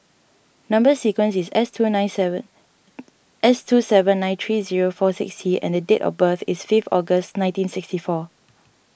Number Sequence is S two an nine seven S two seven nine three zero four six T and date of birth is fifth August nineteen sixty four